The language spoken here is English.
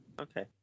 Okay